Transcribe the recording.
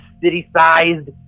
city-sized